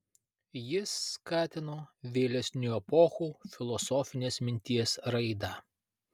jis skatino vėlesnių epochų filosofinės minties raidą